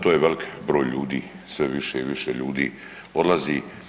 To je velik broj ljudi, sve više i više ljudi odlazi.